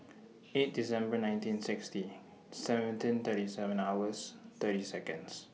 eight December nineteen sixty seventeen thirty seven hours thirty Seconds